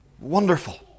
Wonderful